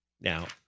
Now